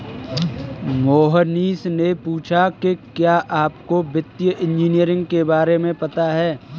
मोहनीश ने पूछा कि क्या आपको वित्तीय इंजीनियरिंग के बारे में पता है?